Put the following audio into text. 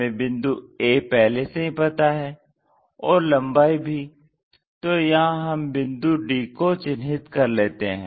हमें बिंदु a पहले से ही पता है और लम्बाई भी तो यहां हम बिंदु d को चिन्हित कर लेते है